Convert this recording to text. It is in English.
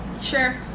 Sure